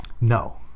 No